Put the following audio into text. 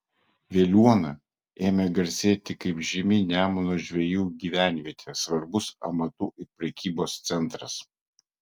veliuona ėmė garsėti kaip žymi nemuno žvejų gyvenvietė svarbus amatų ir prekybos centras